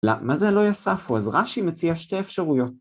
לא, מה זה לא יספו? אז רש"י מציע שתי אפשרויות.